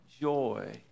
joy